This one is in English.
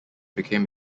became